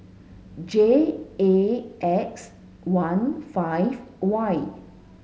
J A X one five Y